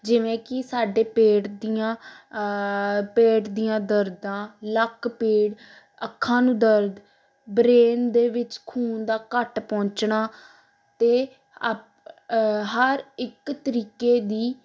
ਜਿਵੇਂ ਕਿ ਸਾਡੇ ਪੇਟ ਦੀਆਂ ਪੇਟ ਦੀਆਂ ਦਰਦਾਂ ਲੱਕ ਪੀੜ ਅੱਖਾਂ ਨੂੰ ਦਰਦ ਬਰੇਨ ਦੇ ਵਿੱਚ ਖੂਨ ਦਾ ਘੱਟ ਪਹੁੰਚਣਾ ਅਤੇ ਅਪ ਹਰ ਇੱਕ ਤਰੀਕੇ ਦੀ